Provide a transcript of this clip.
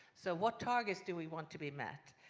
so what targets do we want to be met?